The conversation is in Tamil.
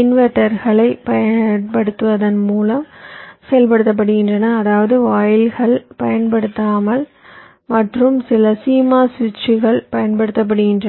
இன்வெர்ட்டர்களைப் பயன்படுத்துவதன் மூலம் செயல்படுத்தப்படுகின்றன அதாவது வாயில்கள் பயன்படுத்தாமல் மற்றும் சில CMOS சுவிட்சுகள் பயன்படுத்துகின்றன